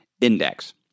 index